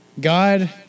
God